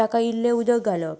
ताका इल्लें उदक घालप